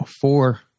four